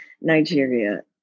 Nigeria